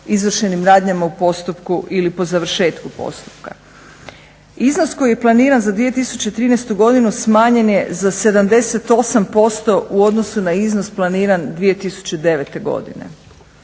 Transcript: izvršenim radnjama u postupku ili po završetku postupka. Iznos koji je planiran za 2013. godinu smanjen je za 78% u odnosu na iznos planiran 2009. godine,